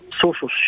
social